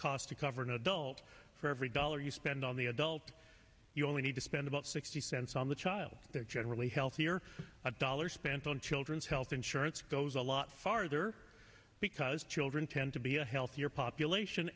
costs to cover an adult for every dollar you spend on the adult you only need to spend about sixty cents on the child that generally healthier a dollar spent on children's health insurance goes a lot farther because children tend to be a healthier population